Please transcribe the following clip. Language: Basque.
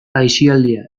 aisialdia